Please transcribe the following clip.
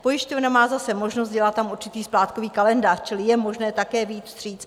Pojišťovna má zase možnost udělat tam určitý splátkový kalendář, čili je možné také vyjít vstříc.